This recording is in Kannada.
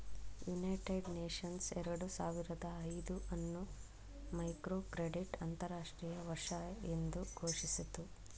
ಯುನೈಟೆಡ್ ನೇಷನ್ಸ್ ಎರಡು ಸಾವಿರದ ಐದು ಅನ್ನು ಮೈಕ್ರೋಕ್ರೆಡಿಟ್ ಅಂತರಾಷ್ಟ್ರೀಯ ವರ್ಷ ಎಂದು ಘೋಷಿಸಿತು